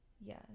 Yes